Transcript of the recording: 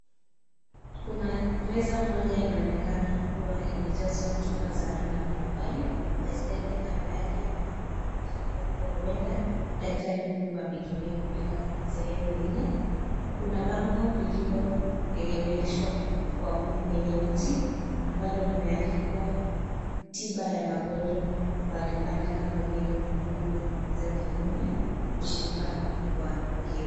Kuna meza moja inaonekana kuwa imejazwa chupa za aina mbalimbali ,kuna baiskeli kando yake na inaashiria kuwa huenda daktari huyu ametumia kufika sehemu ile. Kuna bango lililoegemeshwa kwenye mti ambalo limeandikwa ,tiba ya magonjwa mbalimbali kama vile nguvu za kiume ,mshiba wa ngilu.